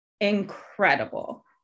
incredible